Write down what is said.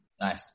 Nice